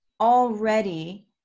already